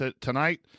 Tonight